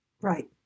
right